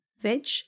veg